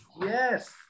Yes